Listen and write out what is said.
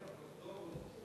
אדוני.